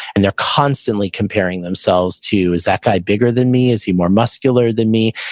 and they're constantly comparing themselves to, is that guy bigger than me? is he more muscular than me?